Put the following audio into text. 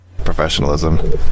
professionalism